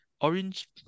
orange